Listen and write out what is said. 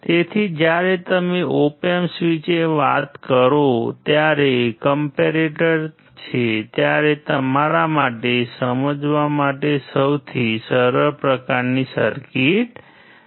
તેથી જ્યારે તમે ઓપ એમ્પ વિશે વાત કરો ત્યારે કમ્પૅરેટર છે ત્યારે તમારા માટે સમજવા માટે આ સૌથી સરળ પ્રકારની સર્કિટ છે